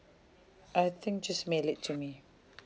I think just mail it to me